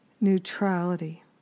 neutrality